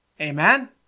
Amen